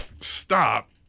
stop